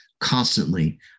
constantly